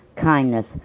kindness